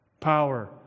power